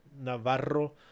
Navarro